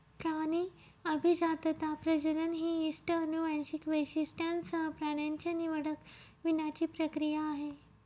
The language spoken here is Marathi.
प्राणी अभिजातता, प्रजनन ही इष्ट अनुवांशिक वैशिष्ट्यांसह प्राण्यांच्या निवडक वीणाची प्रक्रिया आहे